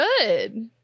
good